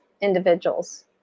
individuals